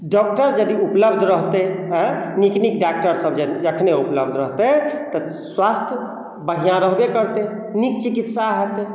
doctor यदि उपलब्ध रहतै आँय नीक नीक डाक्टरसभ जखने उपलब्ध रहतै तऽ स्वास्थ्य बढ़िआँ रहबे करतै नीक चिकित्सा हेतै